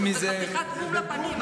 זה חתיכת בום לפנים.